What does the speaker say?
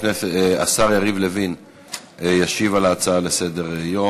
השר יריב לוין ישיב על ההצעות לסדר-היום,